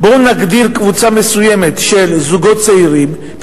בואו נגדיר קבוצה מסוימת של זוגות צעירים,